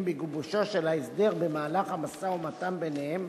בגיבושו של ההסדר במהלך המשא-ומתן ביניהם